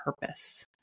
purpose